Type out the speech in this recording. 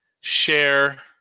share